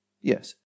Yes